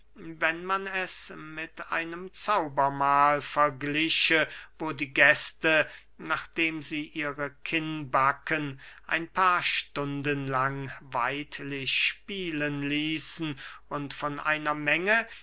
wenn man es mit einem zaubermahl vergliche wo die gäste nachdem sie ihre kinnbacken ein paar stunden lang weidlich spielen ließen und von einer menge